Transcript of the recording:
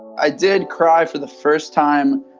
i did cry for the first time